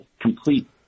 complete